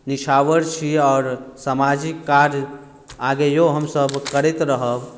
निछावर छी आओर सामाजिक कार्य आगेयो हमसब करैत रहब